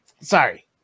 Sorry